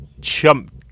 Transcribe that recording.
chump